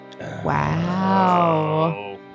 Wow